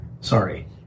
Sorry